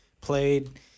played